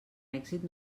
èxit